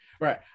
right